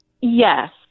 Yes